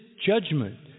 judgment